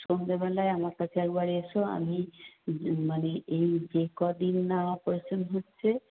সন্ধেবেলায় আমার কাছে একবার এসো আমি মানে এই যে কদিন না অপারেশান হচ্ছে